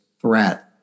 threat